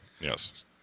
Yes